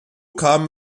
kam